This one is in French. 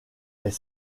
est